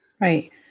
right